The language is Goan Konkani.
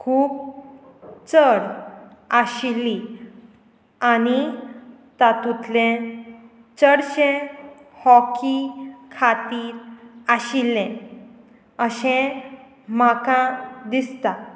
खूब चड आशिल्ली आनी तातूंतले चडशे हॉकी खातीर आशिल्ले अशें म्हाका दिसता